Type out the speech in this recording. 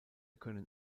können